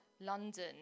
london